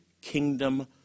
kingdom